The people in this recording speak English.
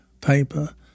paper